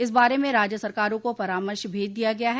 इस बारे में राज्य सरकारों को परामर्श भेज दिया गया है